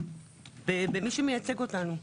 במי שמייצג אותנו,